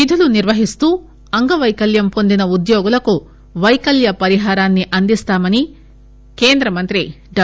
విధులు నిర్వహిస్తు అంగవైకల్యం పొందిన ఉద్యోగులకు వైకల్య పరిహారాన్ని అందిస్తామని కేంద్ర మంత్రి డా